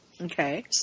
Okay